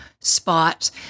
spot